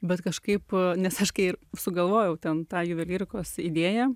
bet kažkaip nes aš kai sugalvojau ten tą juvelyrikos idėją